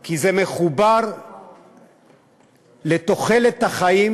כי זה מחובר לתוחלת החיים